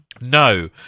no